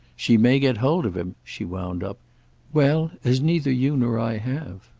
she may get hold of him, she wound up well, as neither you nor i have.